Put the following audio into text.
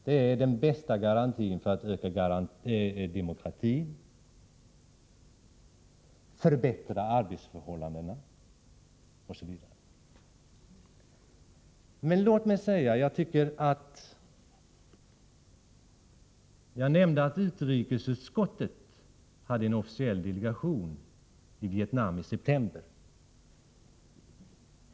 Det är den bästa garantin för att öka demokratin, förbättra arbetsförhållandena osv. Jag nämnde att utrikesutskottet hade en officiell delegation i Vietnam i september.